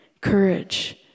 Courage